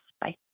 Bye